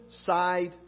side